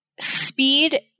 speed